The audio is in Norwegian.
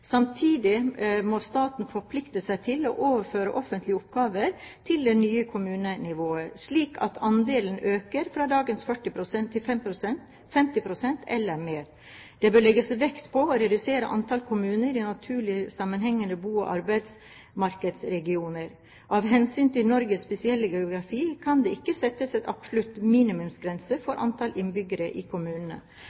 Samtidig må staten forplikte seg til å overføre offentlige oppgaver til det nye kommunenivået, slik at andelen øker fra dagens 40 pst. til 50 pst. eller mer. Det bør legges vekt på å redusere antall kommuner i naturlige sammenhengende bo- og arbeidsmarkedsregioner. Av hensyn til Norges spesielle geografi kan det ikke settes en absolutt minimumsgrense